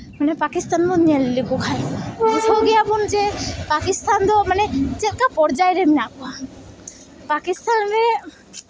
ᱢᱟᱱᱮ ᱯᱟᱠᱤᱥᱛᱟᱱ ᱵᱚᱱ ᱧᱮᱞ ᱞᱮᱠᱚ ᱠᱷᱟᱡ ᱵᱩᱡᱷᱟᱹᱣ ᱜᱮᱭᱟᱵᱚᱱ ᱡᱮ ᱯᱟᱠᱤᱥᱛᱟᱱ ᱫᱚ ᱢᱟᱱᱮ ᱪᱮᱫ ᱞᱮᱠᱟ ᱯᱚᱨᱡᱟᱭ ᱨᱮ ᱢᱮᱱᱟᱜ ᱠᱚᱣᱟ ᱯᱟᱠᱤᱥᱛᱟᱱ ᱨᱮ